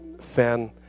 fan